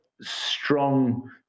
strong